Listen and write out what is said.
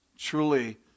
truly